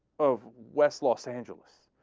of west los angeles